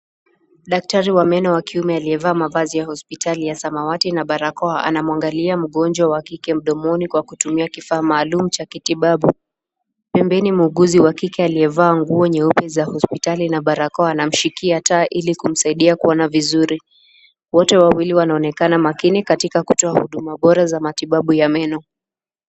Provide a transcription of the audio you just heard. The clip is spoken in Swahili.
Daktari wa meno wa kiume aliyevaa mavazi ya hospitali ya samawati na barakoa, anamwangalia mgonjwa wa kike mdomoni kwa kutumia kifaa maalum, cha kitibabu, pembeni muuguzi wa kike aliyevaa nguo za hospitali nyeupe na barakoa, anamshikia taa ili kumsaidia kuona vizuri, wote wawili wanaonekana makini katika kutoa huduma bora za meno.